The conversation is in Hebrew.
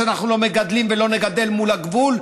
שאנחנו לא מגדלים ולא נגדל מול הגבול,